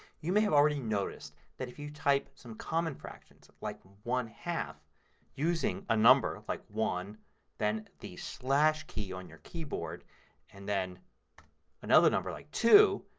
you may have already noticed that if you type some common fractions like one half using a number, like one then the slash key on your keyboard and then another number like two,